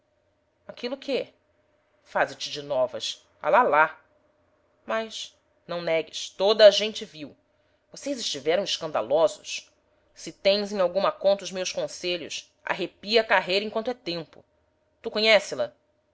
aquilo quê faze-te de novas a lalá mas não negues toda a gente viu vocês estiveram escandalosos se tens em alguma conta os meus conselhos arrepia carreira enquanto é tempo tu conhece la